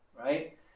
right